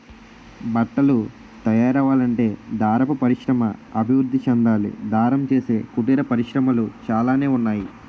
బట్టలు తయారవ్వాలంటే దారపు పరిశ్రమ అభివృద్ధి చెందాలి దారం చేసే కుటీర పరిశ్రమలు చాలానే ఉన్నాయి